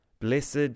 Blessed